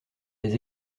les